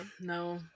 no